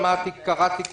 כך קראתי הבוקר.